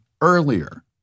earlier